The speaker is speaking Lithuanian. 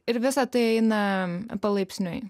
ir visa tai eina palaipsniui